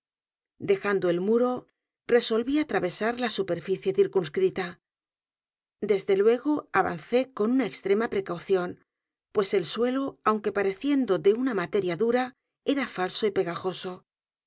dejando el muro resolví atravesar la superficie circunscrita desde luego avancé con una extrema p r e c a u c i ó n pues el suelo aunque pareciendo de una materia dura era falso y pegajoso